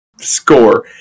score